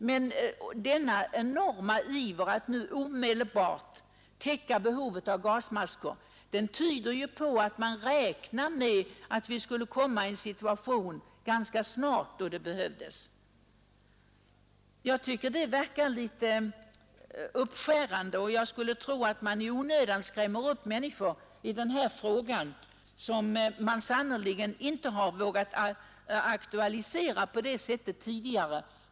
Men reservanternas enorma iver att omedelbart täcka behovet av gasmasker tyder ju på att man anser att gasmasker ganska snart skulle komma att behövas. I onödan skräms människor upp inför en fråga som tidigare inte ansetts böra aktualiseras.